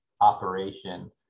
operation